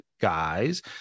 guys